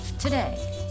today